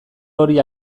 hori